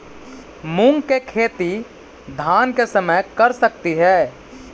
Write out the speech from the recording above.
मुंग के खेती धान के समय कर सकती हे?